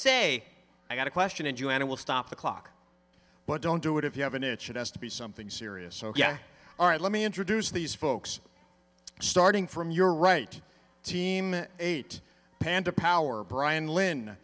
say i got a question and you and i will stop the clock but don't do it if you have an itch it has to be something serious ok all right let me introduce these folks starting from your right team eight panda power brian lynn